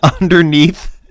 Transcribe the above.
underneath